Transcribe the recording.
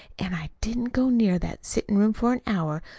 an' i didn't go near that settin'-room for an hour,